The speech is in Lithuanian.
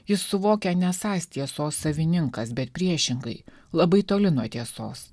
jis suvokia nesąs tiesos savininkas bet priešingai labai toli nuo tiesos